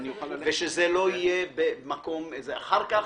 אחר כך